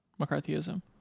mccarthyism